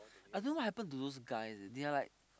I don't know what happen to those guy eh they are like